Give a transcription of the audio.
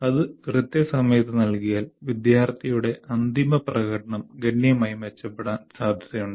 അത് കൃത്യസമയത്ത് നൽകിയാൽ വിദ്യാർത്ഥിയുടെ അന്തിമ പ്രകടനം ഗണ്യമായി മെച്ചപ്പെടാൻ സാധ്യതയുണ്ട്